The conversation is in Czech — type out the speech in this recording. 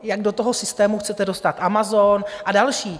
Jak do toho systému chcete dostat Amazon a další?